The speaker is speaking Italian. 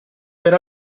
per